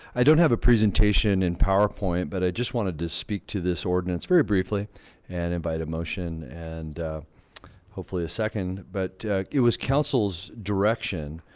i don't have a presentation in powerpoint but i just wanted to speak to this ordinance very briefly and invite emotion and hopefully a second, but it was councils direction